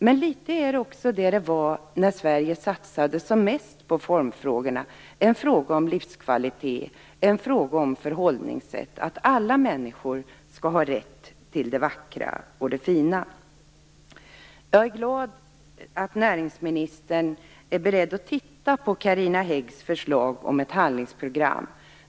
Den är också det som den var när Sverige satsade som mest på formfrågan, nämligen en fråga om livskvalitet och om förhållningssätt. Alla människor skall ha rätt till det vackra och det fina. Jag är glad att näringsministern är beredd att titta på Carina Häggs förslag om ett handlingsprogram.